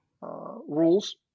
rules